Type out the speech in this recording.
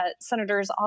Senators